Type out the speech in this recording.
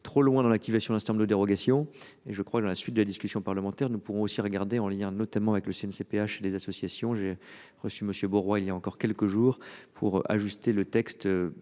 trop loin dans l'activation de l'instinct de dérogations. Et je crois dans la suite de la discussion parlementaire ne pourront aussi regarder en lien notamment avec le CNCPH et des associations. J'ai reçu Monsieur bon il y a encore quelques jours pour ajuster le texte